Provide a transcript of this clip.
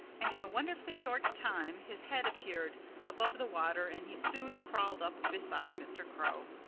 and in a wonderfully short time his head appeared above the water and he soon crawled up beside mr. crow.